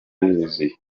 yuzuye